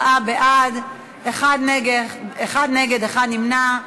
34 בעד, אחד נגד ואחד נמנע.